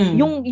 yung